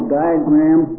diagram